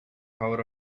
cover